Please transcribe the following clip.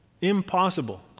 Impossible